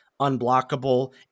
unblockable